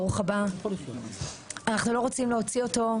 ברור לנו שיש עוד הרבה תהיות,